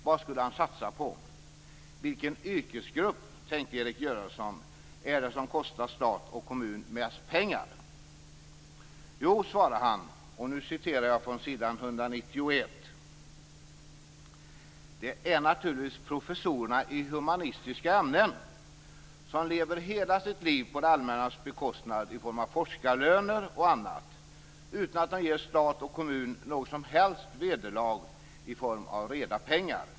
Vad skulle han satsa på. "Vilken yrkesgrupp, tänkte Erik Göransson, är det som kostar stat och kommun mest pengar? Jo, svarade han, det är naturligtvis professorerna i humanistiska ämnen, som lever hela sitt liv på det allmännas bekostnad i form av forskarlöner och annat, utan att de ger stat och kommun något som helst vederlag i form av reda pengar.